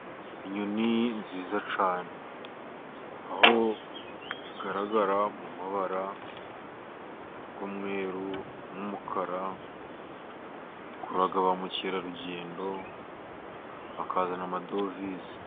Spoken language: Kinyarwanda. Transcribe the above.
Inyoni nziza cyane aho igaragara mu mabara y'umweru n'umukara. Ikurura ba mukerarugendo bakazana amadovize.